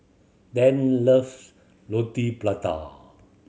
Dann loves Roti Prata